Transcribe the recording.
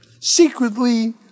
secretly